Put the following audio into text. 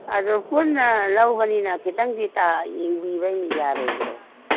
ꯑꯗꯨ ꯄꯨꯟꯅ ꯂꯧꯕꯅꯤꯅ ꯈꯤꯇꯪꯗꯤ ꯌꯦꯡꯕꯤꯕ ꯌꯥꯔꯣꯏꯗ꯭ꯔꯣ